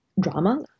drama